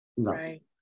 Right